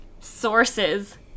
sources